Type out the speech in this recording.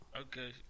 Okay